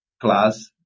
class